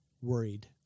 worried